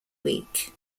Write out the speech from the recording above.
week